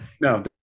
No